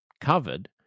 covered